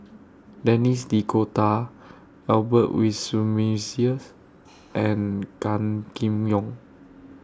Denis D'Cotta Albert Winsemius and Gan Kim Yong